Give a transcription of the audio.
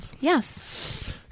Yes